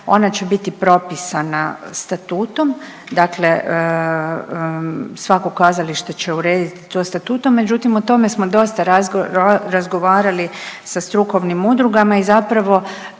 ona će biti propisana statutom, dakle svako kazalište će uredit to statutom, međutim o tome smo dosta razgovarali sa strukovnim udrugama i zapravo